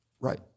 Right